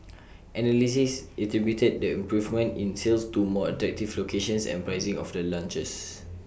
analysts attributed the improvement in sales to more attractive locations and pricing of the launches